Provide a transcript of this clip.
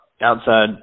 Outside